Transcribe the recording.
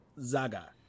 Zaga